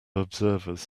observers